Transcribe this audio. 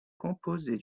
composé